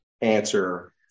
answer